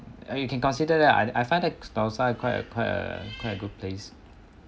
I mean you can consider that I find that sentosa quite quite a quite a good place